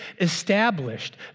established